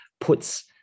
puts